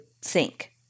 sink